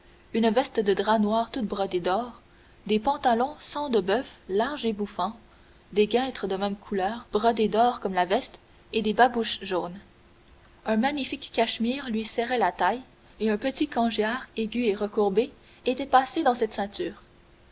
une veste de drap noir toute brodée d'or des pantalons sang de boeuf larges et bouffants des guêtres de même couleur brodées d'or comme la veste et des babouches jaunes un magnifique cachemire lui serrait la taille et un petit cangiar aigu et recourbé était passé dans cette ceinture